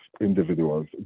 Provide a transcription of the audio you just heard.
individuals